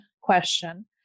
question